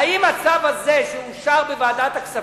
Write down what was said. האם הצו הזה, שאושר בוועדת הכספים,